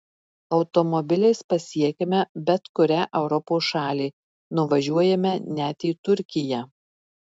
automobiliais pasiekiame bet kurią europos šalį nuvažiuojame net į turkiją